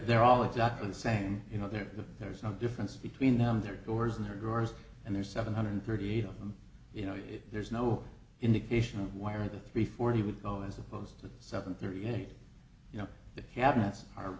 they're all exactly the same you know there there is no difference between them their doors in their drawers and their seven hundred thirty eight of them you know if there's no indication of wire the three forty would go as opposed to seven thirty eight you know the cabinets are